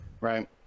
right